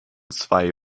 zwei